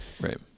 right